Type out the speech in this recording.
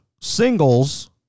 singles